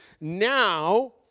now